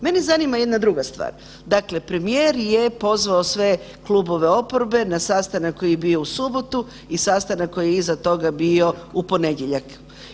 Mene zanima jedna druga stvar, dakle premijer je pozvao sve klubove oporbe na sastanak koji je bio u subotu i sastanak koji je iza toga bio u ponedjeljak.